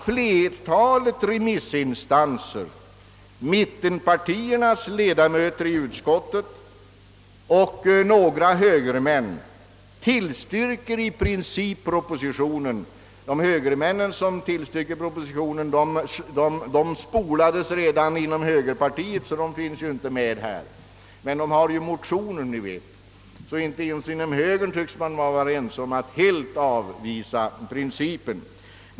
Flertalet remissinstanser, mittenpartiernas ledamöter i utskottet och några högermän tillstyrker i princip propositionen. De högermän som tillstyrkt propositionen »spolades» emellertid redan inom sitt parti, så de finns inte med nu, men de har ju väckt motioner. Inte ens inom högern tycks man alltså ha varit överens om att helt avvisa principen.